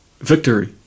Victory